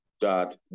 dot